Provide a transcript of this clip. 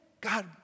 God